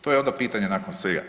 To je onda pitanje nakon svega.